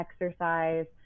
exercise